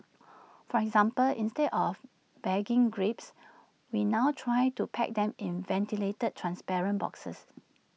for example instead of bagging grapes we now try to pack them in ventilated transparent boxes